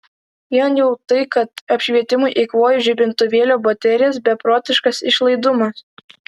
vien jau tai kad apšvietimui eikvoju žibintuvėlio baterijas beprotiškas išlaidumas